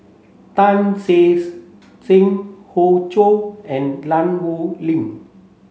Tan Che Sang Hoey Choo and